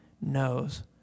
knows